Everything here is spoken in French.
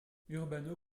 urbano